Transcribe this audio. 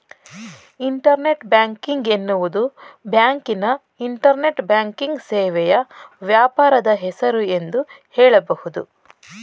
internet banking ಎನ್ನುವುದು ಬ್ಯಾಂಕಿನ internet banking ಸೇವೆಯ ವ್ಯಾಪಾರದ ಹೆಸರು ಎಂದು ಹೇಳಬಹುದು